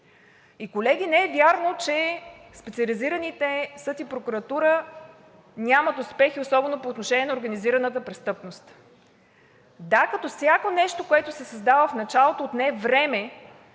И, колеги, не е вярно, че специализираните съд и прокуратура нямат успехи, особено по отношение на организираната престъпност. Да, като всяко нещо, което се създава, в началото отне време